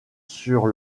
sur